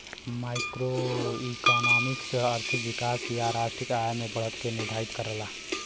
macroeconomics आर्थिक विकास या राष्ट्रीय आय में बढ़त के निर्धारित करला